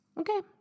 Okay